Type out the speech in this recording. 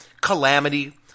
Calamity